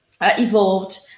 evolved